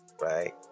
right